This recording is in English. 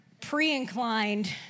pre-inclined